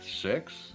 six